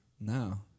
No